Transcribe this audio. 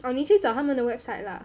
or 你去找他们的 website lah